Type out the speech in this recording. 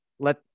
Let